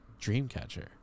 Dreamcatcher